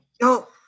No